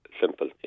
simple